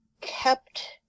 kept